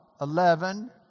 eleven